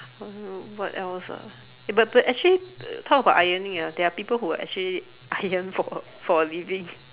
um what else ah eh but but actually talk about ironing ah they are people who actually iron for a for a living